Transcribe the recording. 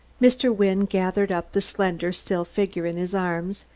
mr. wynne gathered up the slender, still figure in his arms,